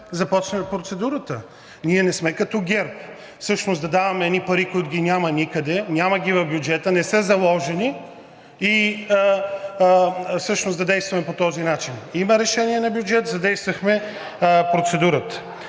започна процедурата. Ние не сме като ГЕРБ – всъщност да даваме едни пари, които ги няма никъде, няма ги в бюджета, не са заложени, а всъщност да действаме по този начин. Има решение на бюджет, задействахме процедурата.